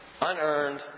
unearned